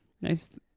Nice